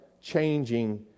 changing